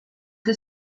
que